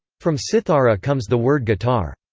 from cithara comes the word guitar.